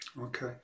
Okay